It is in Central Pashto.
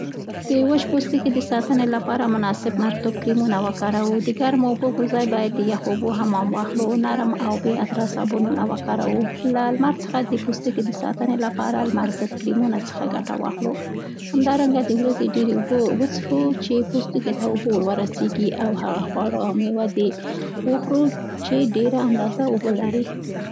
د وچ پوستکي د ساتنې لپاره ورځني مناسب مرطوب کریمونه وکاروو. د ګرمو اوبو پر ځای باید د یخو اوبو حمام واخلو. نرم او بې عطره صابونونه وکاورو. له لمر څخه د پوستکي د ساتنې لپاره لمر ضد کریمونه څخه ګټه واخلو. همدرانګه د ورځې ډېرې اوبه وڅښوو چي پوستکی ته اوبه ور ورسېږي او هغه خواړه او میوه دې وخورو چي ډېره اندازه اوبه لري.